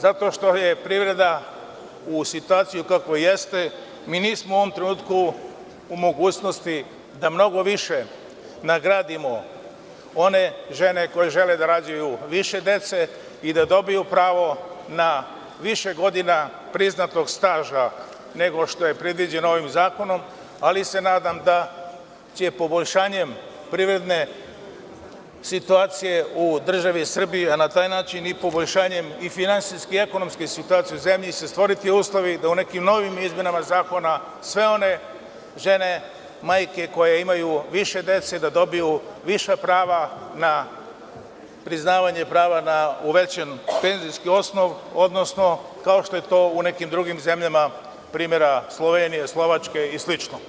Zato što je privreda u situaciji u kakvoj jeste, mi nismo u ovom trenutku, u mogućnosti da mnogo više nagradimo one žene koje žele da rađaju više dece i da dobiju pravo na više godina priznatog staža, nego što je predviđeno ovim zakonom, ali se nadam da će poboljšanjem privredne situacije u državi Srbiji i poboljšanjem, finansijske i ekonomske situacije u zemlji se stvoriti uslovi da u nekim novim izmenama zakona sve one žene, majke koje imaju više dece, da dobiju veća prava na priznavanje prava na uvećan penzijski osnov, odnosno kao što je to u nekim drugim zemljama, primer Slovenije i Slovačke i slično.